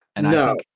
No